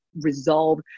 resolve